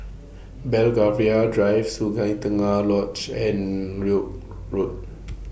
Belgravia Drive Sungei Tengah Lodge and York Road